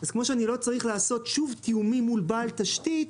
אז כמו שאני לא צריך לעשות שוב תיאומים מול בעל תשתית,